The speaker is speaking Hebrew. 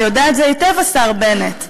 ויודע את זה היטב השר בנט,